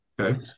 okay